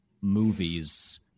movies